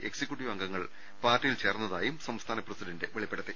executive അംഗങ്ങൾ പാർട്ടിയിൽ ചേർന്നതായും സംസ്ഥാന പ്രസിഡന്റ് വെളിപ്പെടുത്തി